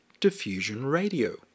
diffusionradio